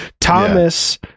Thomas